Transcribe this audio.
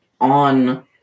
on